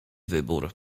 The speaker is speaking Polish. wybór